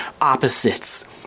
opposites